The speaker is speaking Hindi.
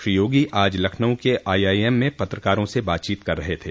श्री योगी आज लखनऊ के आईआईएम में पत्रकारों से बातचीत कर रहे थे